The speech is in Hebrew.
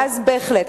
בהחלט.